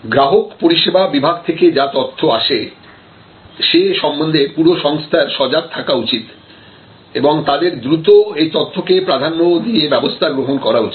গ্রাহক পরিষেবা বিভাগ থেকে যা তথ্য আসে সে সম্বন্ধে পুরো সংস্থার সজাগ থাকা উচিৎ এবং তাদের দ্রুত এই তথ্যকে প্রাধান্য দিয়ে ব্যবস্থা গ্রহণ করা উচিৎ